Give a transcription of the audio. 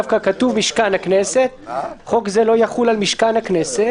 דווקא כתוב: "חוק זה לא יחול על משכן הכנסת"